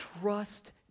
trust